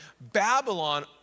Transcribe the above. Babylon